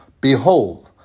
behold